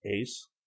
Ace